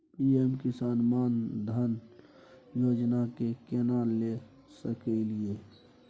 PM Kisan Maan Dhan योजना के केना ले सकलिए?